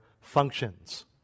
functions